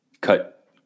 cut